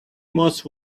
most